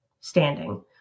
standing